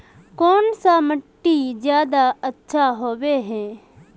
कौन सा मिट्टी ज्यादा अच्छा होबे है?